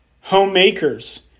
homemakers